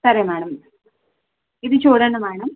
సరే మేడం ఇది చూడండి మేడం